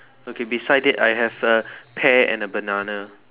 okay beside it I have a pear and a banana